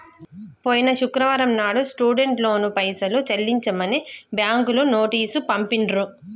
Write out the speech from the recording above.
పోయిన శుక్రవారం నాడు స్టూడెంట్ లోన్ పైసలు చెల్లించమని బ్యాంకులు నోటీసు పంపిండ్రు